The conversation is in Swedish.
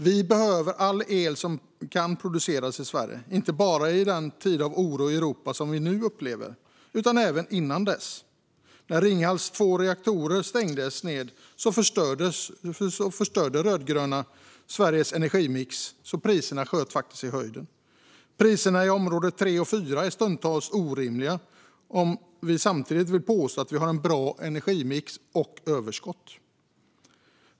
Vi behöver all el som kan produceras i Sverige. Det gäller inte bara i den tid av oro i Europa som vi nu upplever, utan det har även varit så tidigare. När två av reaktorerna i Ringhals stängdes förstörde de rödgröna Sveriges energimix så att priserna sköt i höjden. Priserna i område 3 och 4 är stundtals orimliga om vi samtidigt vill påstå att vi har en bra energimix och överskott.